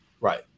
Right